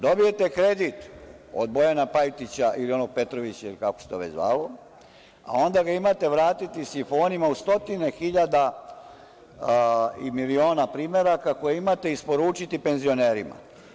Dobijete kredit od Bojana Pajtića ili onog Petrovića ili kako se to već zvalo, a onda ga imate vratiti sifonima u stotine hiljada i miliona primeraka koje imate, isporučiti penzionerima.